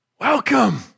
welcome